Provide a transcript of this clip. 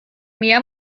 mehr